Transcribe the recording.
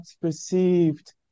perceived